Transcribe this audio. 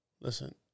Listen